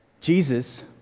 Jesus